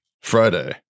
Friday